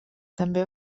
també